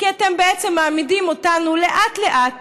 כי אתם בעצם מעמידים אותנו לאט-לאט